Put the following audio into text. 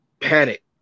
panic